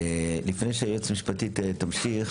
לפני שהיועצת המשפטית תמשיך